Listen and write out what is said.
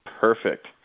Perfect